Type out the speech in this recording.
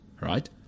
right